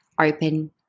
open